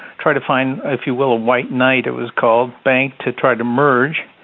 try to find if you will a white knight, it was called, bank to try to merge.